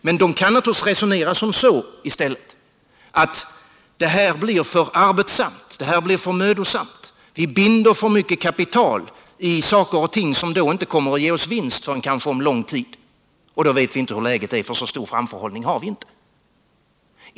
Men de kan naturligtvis också resonera så här: Det här blir för mödosamt — vi binder för mycket kapital i sådant som inte kommer att ge oss vinst förrän om lång tid, och då vet vi inte hur läget är. Någon särskilt stor framförhållning har vi ju inte.